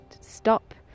stop